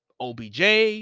OBJ